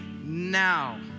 now